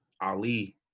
Ali